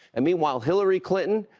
and meanwhile, hillary clinton,